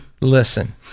Listen